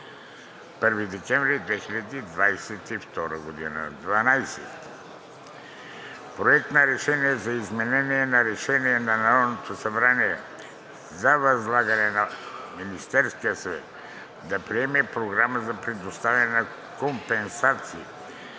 1 декември 2022 г. 12. Проект на решение за изменение на Решение на Народното събрание за възлагане на Министерския съвет да приеме Програма за предоставяне на компенсации